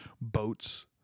boats